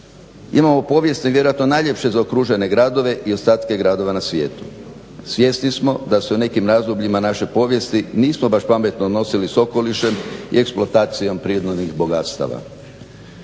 Imamo povijesne vjerojatno najljepše zaokružene gradove i ostatke gradova na svijetu. Svjesni smo da su nekim razdobljima naše povijesti nismo baš pametno nosili s okolišem i eksploatacijom prirodnih bogatstava.